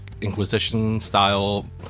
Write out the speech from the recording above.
Inquisition-style